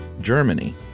Germany